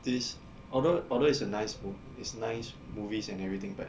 this although although it's a nice mo~ it's nice movies and everything but